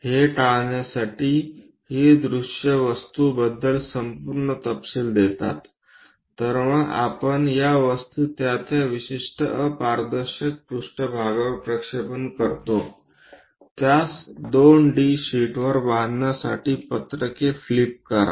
हे टाळण्यासाठी ही दृश्ये वस्तूबद्दल संपूर्ण तपशील देतात तर मग आपण या वस्तू त्या त्या विशिष्ट अपारदर्शक पृष्ठभागवर प्रक्षेपण करतो त्यास 2 डी शीटवर बांधण्यासाठी पत्रके फ्लिप करा